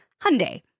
Hyundai